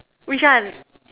which one